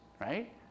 right